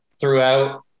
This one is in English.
throughout